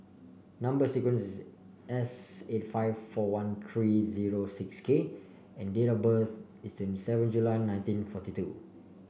number sequence is S eighty five four one three zero six K and date of birth is twenty seven July nineteen forty two